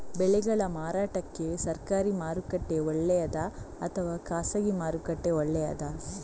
ಬೆಳೆಗಳ ಮಾರಾಟಕ್ಕೆ ಸರಕಾರಿ ಮಾರುಕಟ್ಟೆ ಒಳ್ಳೆಯದಾ ಅಥವಾ ಖಾಸಗಿ ಮಾರುಕಟ್ಟೆ ಒಳ್ಳೆಯದಾ